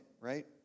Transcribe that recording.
right